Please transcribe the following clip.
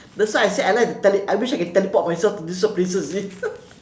that's why I say I like to tele~ I wish I could teleport myself to these sort of places you see